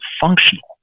functional